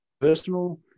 personal